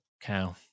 cow